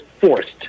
forced